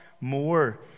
more